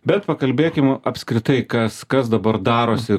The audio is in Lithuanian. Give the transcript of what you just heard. bet pakalbėkim apskritai kas kas dabar darosi